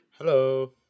Hello